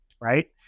right